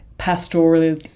pastoral